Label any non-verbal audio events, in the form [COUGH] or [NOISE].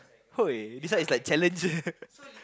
[NOISE] this one is like challenger